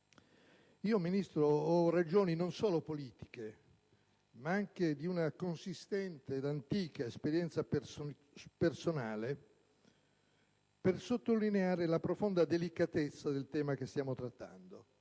Ministro, ho ragioni non solo politiche, ma anche di una consistente ed antica esperienza personale per sottolineare la profonda delicatezza del tema che stiamo trattando